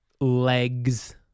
Legs